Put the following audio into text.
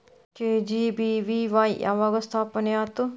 KGBVY ಯಾವಾಗ ಸ್ಥಾಪನೆ ಆತು?